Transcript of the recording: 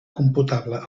computable